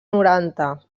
noranta